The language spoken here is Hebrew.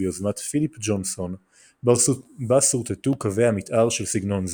ביוזמת פיליפ ג'ונסון בה שורטטו קווי המתאר של סגנון זה.